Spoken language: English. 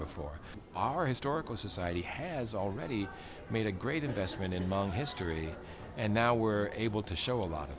before our historical society has already made a great investment in monk history and now we're able to show a